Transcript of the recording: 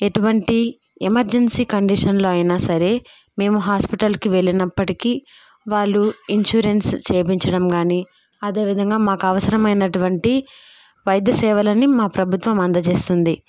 ఎటువంటి ఎమర్జెన్సీ కండిషన్లో అయినా సరే మేము హాస్పిటల్కి వెళ్ళినప్పటికీ వాళ్ళు ఇన్సురెన్స్ చేయించడం కానీ అదేవిధంగా మాకు అవసరమైనటువంటి వైద్య సేవలని మా ప్రభుత్వం అందజేస్తుంది